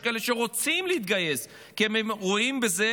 יש כאלה שרוצים להתגייס כי הם רואים בזה